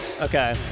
Okay